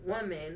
woman